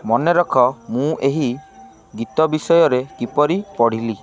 ମନେରଖ ମୁଁ ଏହି ଗୀତ ବିଷୟରେ କିପରି ପଢ଼ିଲି